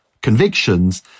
Convictions